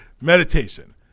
Meditation